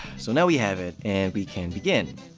so now we have it, and we can begin.